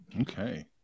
Okay